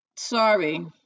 Sorry